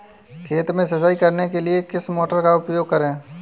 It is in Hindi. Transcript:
खेत में सिंचाई करने के लिए किस मोटर का उपयोग करें?